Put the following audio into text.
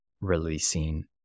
releasing